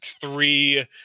three